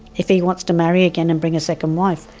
if he wants to marry again and bring a second wife,